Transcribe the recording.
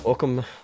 Welcome